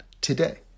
today